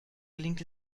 gelingt